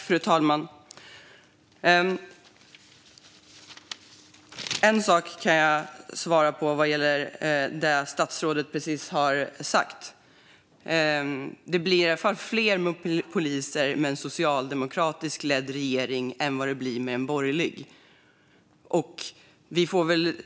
Fru talman! Vad gäller det statsrådet precis sa blir det i alla fall fler poliser med en socialdemokratiskt ledd regering än med en borgerlig regering.